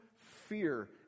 fear